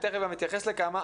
אני תיכף גם אתייחס לכמה.